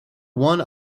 one